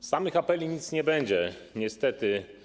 Z samych apeli nic nie będzie niestety.